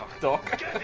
doc